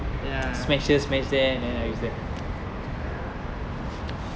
ya ya ya